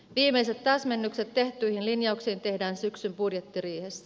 viimeiset täsmennykset tehtyihin linjauksiin tehdään syksyn budjettiriihessä